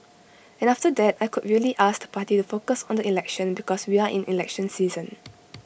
and after that I could really ask the party to focus on the election because we are in election season